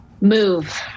Move